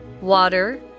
water